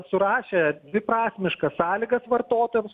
surašė dviprasmiškas sąlygas vartotojams